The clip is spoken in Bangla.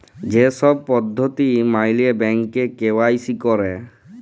ই ছব পদ্ধতি ম্যাইলে ব্যাংকে কে.ওয়াই.সি ক্যরে